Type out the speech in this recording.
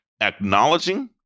acknowledging